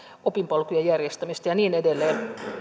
opinpolkujen järjestämistä ja niin edelleen